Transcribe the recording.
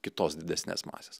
kitos didesnės masės